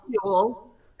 fuels